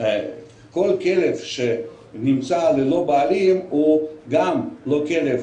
כל כלב שנמצא ללא בעלים הוא גם לא כלב